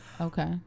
okay